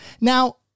now